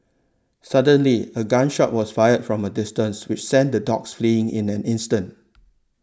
suddenly a gun shot was fired from a distance which sent the dogs fleeing in an instant